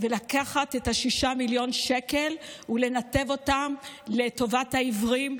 ולקחת את 6 מיליון השקלים ולנתב אותם לטובת העיוורים,